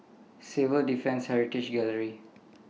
Civil Defence Heritage Gallery